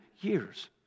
years